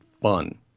fun